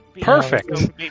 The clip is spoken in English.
Perfect